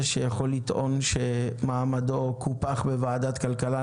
שיכול לטעון שמעמדו קופח בוועדת כלכלה.